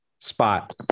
spot